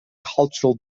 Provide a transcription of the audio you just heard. cultural